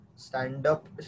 Stand-up